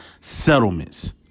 settlements